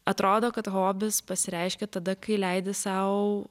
atrodo kad hobis pasireiškia tada kai leidi sau